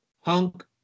Hunk